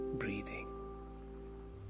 breathing